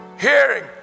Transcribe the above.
hearing